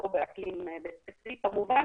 כמובן,